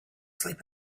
sleep